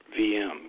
VM